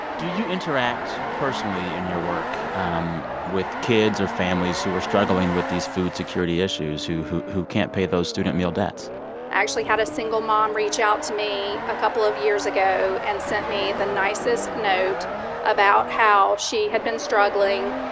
do you interact personally in your work um with kids or families who are struggling with these food security issues who who can't pay those student meal debts? i actually had a single mom reach out to me a couple of years ago and sent me the nicest note about how she had been struggling,